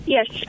Yes